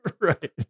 Right